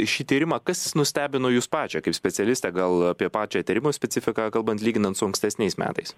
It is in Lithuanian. šį tyrimą kas jus nustebino jus pačią kaip specialistę gal apie pačią tyrimo specifiką kalbant lyginant su ankstesniais metais